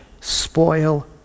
spoil